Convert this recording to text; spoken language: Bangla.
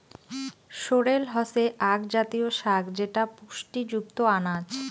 সোরেল হসে আক জাতীয় শাক যেটা পুষ্টিযুক্ত আনাজ